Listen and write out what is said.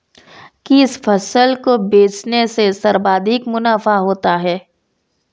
किस फसल को बेचने से सर्वाधिक मुनाफा होता है?